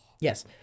Yes